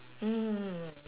mm